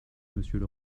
monsieur